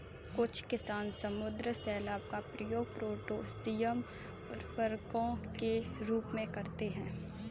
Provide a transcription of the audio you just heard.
कुछ किसान समुद्री शैवाल का उपयोग पोटेशियम उर्वरकों के रूप में करते हैं